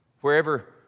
Wherever